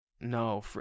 No